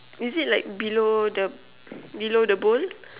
is it like below the below the bull